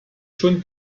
schon